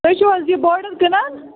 تُہۍ چھُو حظ یہِ بورڈَر کٕنان